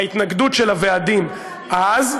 ההתנגדות של הוועדים אז,